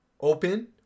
open